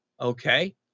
Okay